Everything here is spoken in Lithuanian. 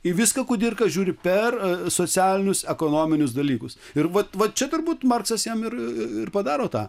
į viską kudirka žiūri per socialinius ekonominius dalykus ir vat vat čia turbūt marksas jam ir padaro tą